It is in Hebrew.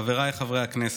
חבריי חברי הכנסת,